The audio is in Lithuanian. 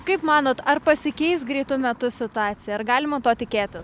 kaip manot ar pasikeis greitu metu situacija ar galima tuo tikėti